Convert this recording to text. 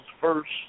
first